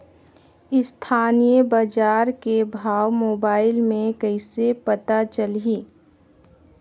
स्थानीय बजार के भाव मोबाइल मे कइसे पता चलही?